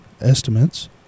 estimates